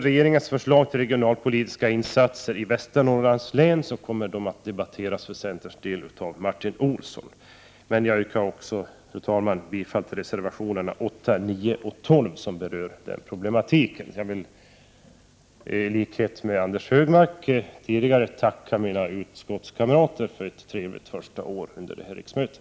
Regeringens förslag om regionalpolitiska insatser i Västernorrlands län kommer för centerns del att debatteras av Martin Olsson. Jag nöjer mig med att yrka bifall även till reservationerna 8, 9 och 12, som berör den problematiken. I likhet med Anders G Högmark vill jag tacka mina utskottskamrater för ett trevligt första år i riksdagen och under det här riksmötet.